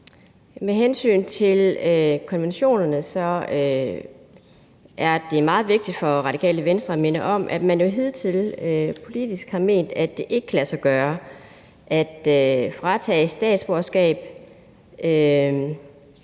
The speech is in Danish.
Med hensyn til konventionerne er det meget vigtigt for Radikale Venstre at minde om, at man jo hidtil politisk har ment, at det ikke kan lade sig gøre at fratage statsborgerskab